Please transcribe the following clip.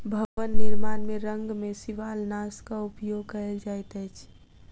भवन निर्माण में रंग में शिवालनाशक उपयोग कयल जाइत अछि